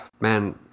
man